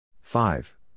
five